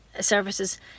services